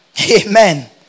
Amen